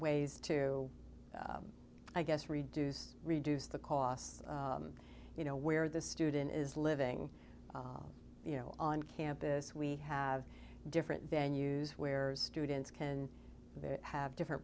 ways to i guess reduce reduce the costs you know where the student is living you know on campus we have different then use where students can have different